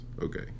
okay